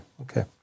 okay